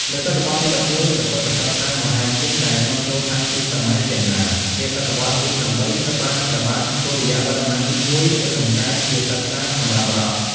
នៅស.វ. ទី១១ ព្រះពុទ្ធសាសនាមហាយានដែលនាំចូលតាំងពីសម័យចេនឡា នាស.វ. ទី៨ ត្រូវបានព្រះបាទសូរ្យវរ័ន្មទី១ លើកតម្កើងជាសាសនាសម្រាប់រដ្ឋ។